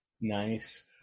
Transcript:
Nice